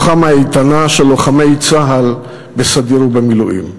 רוחם האיתנה של לוחמי צה"ל בסדיר ובמילואים.